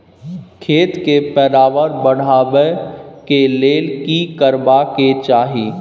खेत के पैदावार बढाबै के लेल की करबा के चाही?